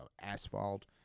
asphalt